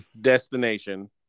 Destination